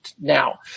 now